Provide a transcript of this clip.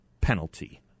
penalty